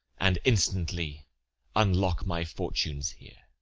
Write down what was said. and instantly unlock my fortunes here.